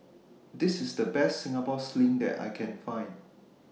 This IS The Best Singapore Sling that I Can Find